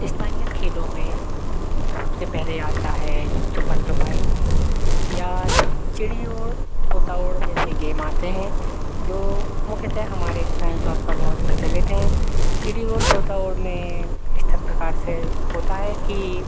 स्थानीय खेलों में सबसे पहले आता है छुपन छुपाई या चिड़ी उड़ तोता उड़ जैसे गेम आते हैं जो मुख्यतः हमारे स्थानीय तौर पर बहुत प्रचलित हैं चिड़ी उड़ तोता उड़ में स्थित प्रकार से होता है कि